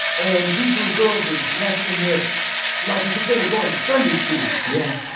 and these little girls were dressed in their like, as if they were going to sunday school yeah.